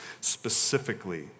specifically